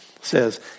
says